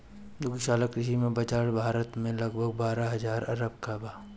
दुग्धशाला कृषि के बाजार भारत में लगभग बारह हजार अरब के बा